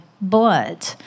blood